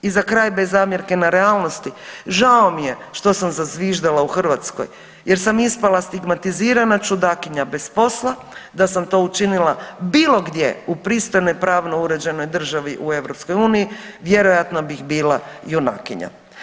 I za kraj bez zamjerke na realnosti, žao mi je što sam zazviždala u Hrvatskoj jer sam ispala stigmatizirana čudakinja bez posla, da sam to učinila bilo gdje u pristojnoj pravno uređenoj državi u EU vjerojatno bih bila junakinja.